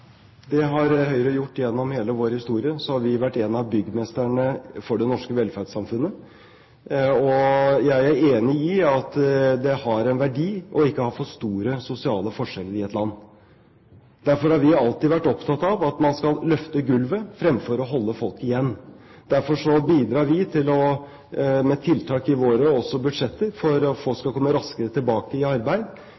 Det har Høyre gjort gjennom hele sin historie. Vi har vært en av byggmestrene for det norske velferdssamfunnet, og jeg er enig i at det har en verdi å ikke ha for store sosiale forskjeller i et land. Derfor har vi alltid vært opptatt av at man skal «løfte gulvet», fremfor å holde folk igjen. Derfor bidrar vi også med tiltak i våre budsjetter for at